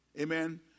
Amen